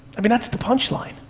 i mean, that's the punchline.